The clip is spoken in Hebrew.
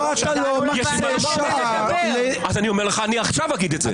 יש לי מה לומר, אני עכשיו אגיד את זה.